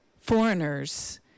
foreigners